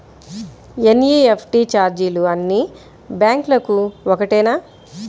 NEFT ఛార్జీలు అన్నీ బ్యాంక్లకూ ఒకటేనా?